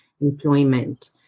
employment